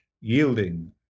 yielding